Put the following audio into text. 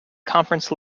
conference